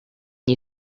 you